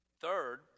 Third